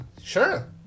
Sure